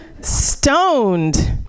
stoned